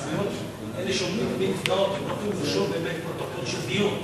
אי-אפשר לרשום באמת את פרוטוקול הדיון.